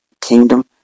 Kingdom